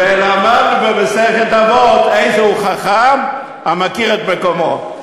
ולמדנו במסכת אבות: "איזהו חכם, המכיר את מקומו".